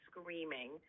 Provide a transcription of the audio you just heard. screaming